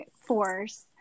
force